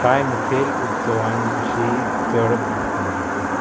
कांय मुखेल उत्सवां विशी चड म्हायती